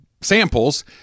samples—